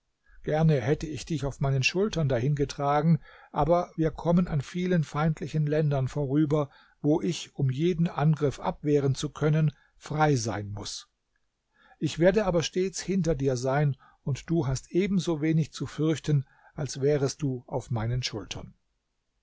gerne hätte ich dich auf meinen schultern dahin getragen aber wir kommen an vielen feindlichen ländern vorüber wo ich um jeden angriff abwehren zu können frei sein muß ich werde aber stets hinter dir sein und du hast ebensowenig zu fürchten als wärest du auf meinen schultern